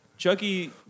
Chucky